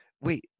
wait